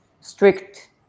strict